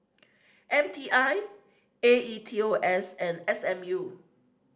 M T I A E T O S and S M U